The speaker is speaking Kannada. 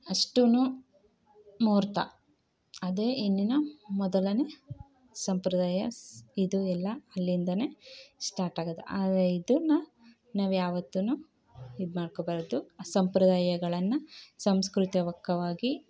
ಅಷ್ಟೂ ಮೂಹುರ್ತ ಅದೇ ಹೆಣ್ಣಿನ ಮೊದಲನೇ ಸಂಪ್ರದಾಯ ಸ ಇದು ಎಲ್ಲ ಅಲ್ಲಿಂದಲೇ ಶ್ಟಾಟ್ ಆಗೋದು ಆರೆ ಇದನ್ನು ನಾವು ಯಾವತ್ತೂ ಇದು ಮಾಡ್ಕೋಬಾರದು ಸಂಪ್ರದಾಯಗಳನ್ನು ಸಂಸ್ಕೃತಿಯ ತಕ್ಕವಾಗಿ